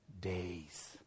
days